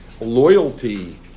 loyalty